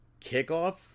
kickoff